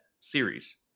series